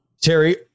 Terry